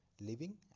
living